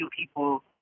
people